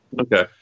Okay